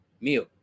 meal